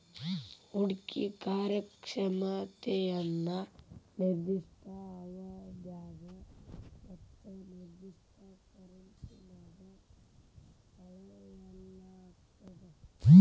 ಹೂಡ್ಕಿ ಕಾರ್ಯಕ್ಷಮತೆಯನ್ನ ನಿರ್ದಿಷ್ಟ ಅವಧ್ಯಾಗ ಮತ್ತ ನಿರ್ದಿಷ್ಟ ಕರೆನ್ಸಿನ್ಯಾಗ್ ಅಳೆಯಲಾಗ್ತದ